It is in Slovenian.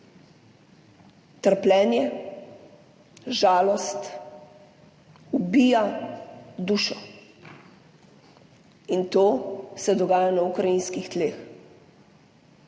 trpljenje, žalost ubija dušo in to se dogaja na ukrajinskih tleh.